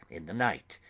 in the night,